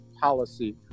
policy